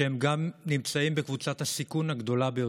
שגם נמצאים בקבוצת הסיכון הגדולה ביותר.